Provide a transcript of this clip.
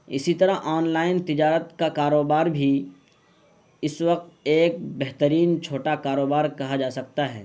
اسی طرح online تجارت کا کاروبار بھی اس وقت ایک بہترین چھوٹا کاروبار کہا جا سکتا ہے